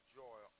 joy